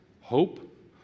hope